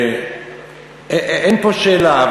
אין פה שאלה.